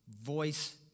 Voice